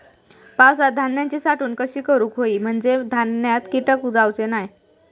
पावसात धान्यांची साठवण कशी करूक होई म्हंजे धान्यात कीटक जाउचे नाय?